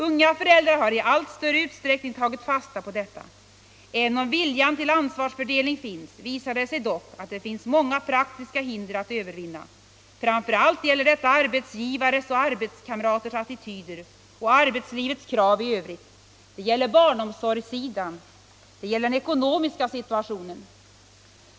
Unga föräldrar har i allt större utsträckning tagit fasta på detta. Även om viljan till ansvarsfördelning finns, visar det sig dock att det finns många praktiska hinder att övervinna. Framför allt gäller detta arbetsgivares och arbetskamraters attityder och arbetslivets krav i övrigt. Det gäller barnomsorgssidan. Det gäller den ekonomiska situationen.